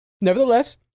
nevertheless